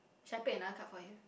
shall I paid another cup for you